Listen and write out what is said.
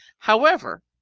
however,